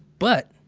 but,